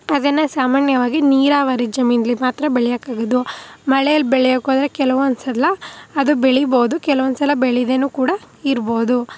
ಅದನ್ನು ಸಾಮಾನ್ಯವಾಗಿ ನೀರಾವರಿ ಜಮೀನಲ್ಲಿ ಮಾತ್ರ ಬೆಳೆಯೋಕ್ಕಾಗೋದು ಮಳೆಯಲ್ಲಿ ಬೆಳೆಯೋಕೆ ಹೋದ್ರೆ ಕೆಲವೊಂದ್ಸಲ ಅದು ಬೆಳಿಬೋದು ಕೆಲವೊಂದ್ಸಲ ಬೆಳಿದೇನು ಕೂಡ ಇರ್ಬೋದು